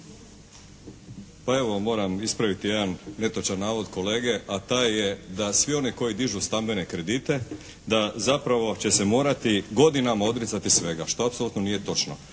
Pa evo moram ispraviti jedan netočan navod kolege, a taj je da svi oni koji dižu stambene kredite da zapravo će se morati godinama odricati svega što apsolutno nije točno.